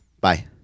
Bye